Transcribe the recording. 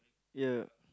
ya